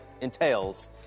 entails